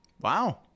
Wow